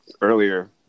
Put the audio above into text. earlier